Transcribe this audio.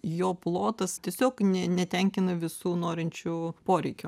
jo plotas tiesiog nė netenkina visų norinčių poreikio